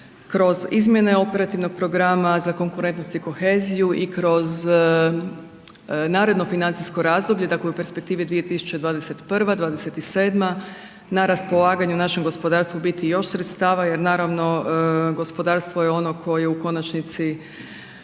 kroz izmjene operativnog programa za konkurentnost i koheziju i kroz naredno financijsko razdoblje, dakle u perspektivi 2021. – 2027., na raspolaganju našem gospodarstvu biti još sredstava jer naravno, gospodarstvo je ono koje u konačnici